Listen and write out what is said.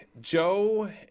joe